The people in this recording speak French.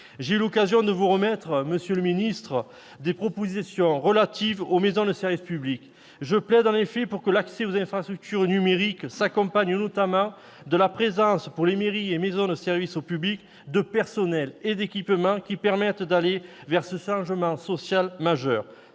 J'ai eu l'occasion de vous remettre, monsieur le secrétaire d'État, des propositions relatives aux maisons de services au public. Je plaide en effet pour que l'accès aux infrastructures numériques s'accompagne notamment de la présence dans les mairies et maisons de services au public de personnels et d'équipements qui permettent d'aller vers ce changement sociétal majeur.